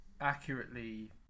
accurately